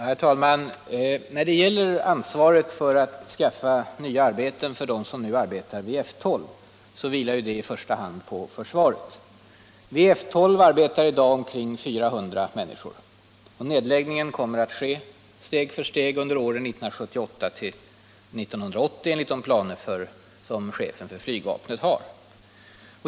Herr talman! Ansvaret för att skaffa ny sysselsättning för dem som nu arbetar vid F 12 vilar i första hand på försvaret. Vid F 12 arbetar i dag omkring 400 människor, och nedläggningen kommer att ske steg för steg under åren 1978-1980 enligt de planer som chefen för flygvapnet har.